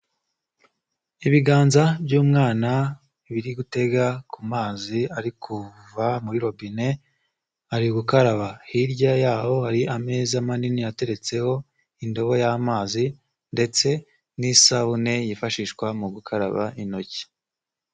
Ibiganza by'umwana biri gutega ku mazi ari kuva muri robine ari gukaraba, hirya yaho hari ameza manini ateretseho indobo y'amazi ndetse n'isabune yifashishwa mu gukaraba intoki.